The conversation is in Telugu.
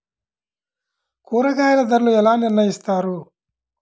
కూరగాయల ధరలు ఎలా నిర్ణయిస్తారు?